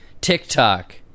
TikTok